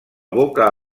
boca